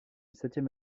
septième